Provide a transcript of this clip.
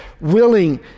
willing